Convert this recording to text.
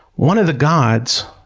one of the gods,